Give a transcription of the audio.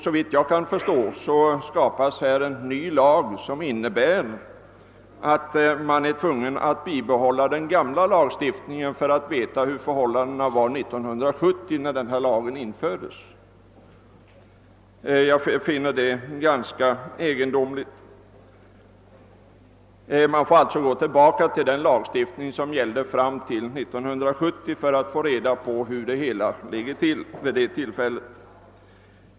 Såvitt jag kan förstå skapas nu en ny lagstiftning som gör det nödvändigt att bibehålla den gamla lagstiftningen för att man skall kunna kontrollera på vilka områden lagstiftningen gällde 1970. Jag finner det ganska egendomligt. Man måste alltså gå tillbaka till den lagstiftning som gällde fram till 1970 för att få reda på hur det hela låg till vid den tiden.